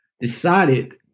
decided